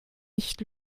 nicht